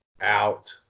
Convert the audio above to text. Out